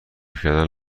کردن